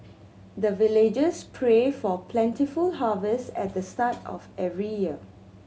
the villagers pray for plentiful harvest at the start of every year